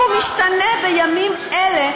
והוא משתנה בימים אלה,